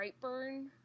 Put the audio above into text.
Brightburn